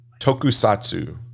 Tokusatsu